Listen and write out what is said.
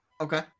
Okay